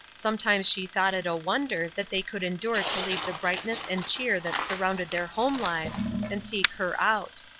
sometimes she thought it a wonder that they could endure to leave the brightness and cheer that surrounded their home lives and seek her out.